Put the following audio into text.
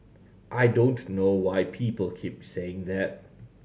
I don't know why people keep saying that